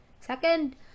Second